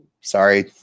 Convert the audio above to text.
Sorry